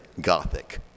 Gothic